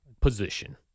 position